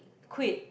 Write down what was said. quit